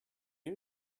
ear